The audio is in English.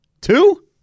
Two